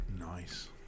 Nice